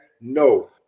No